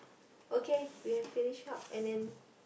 okay we have finished up and then